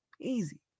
Easy